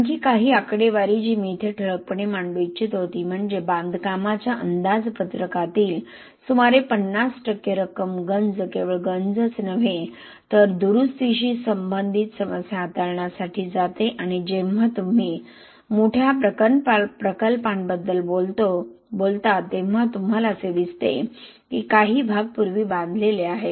आणखी काही आकडेवारी जी मी येथे ठळकपणे मांडू इच्छितो ती म्हणजे बांधकामाच्या अंदाजपत्रकातील सुमारे 50 टक्के रक्कम गंज केवळ गंजच नव्हे तर दुरुस्तीशी संबंधित समस्या हाताळण्यासाठी जाते आणि जेव्हा तुम्ही मोठ्या प्रकल्पांबद्दल बोलतो तेव्हा तुम्हाला असे दिसते की काही भाग पूर्वी बांधलेले आहेत